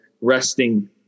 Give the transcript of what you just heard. resting